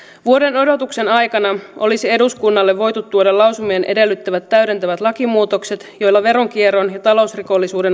vuoden odotuksen aikana olisi eduskunnalle voitu tuoda lausumien edellyttämät täydentävät lakimuutokset joilla veronkierron ja talousrikollisuuden